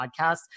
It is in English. podcast